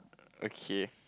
okay